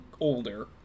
older